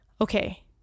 okay